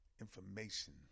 information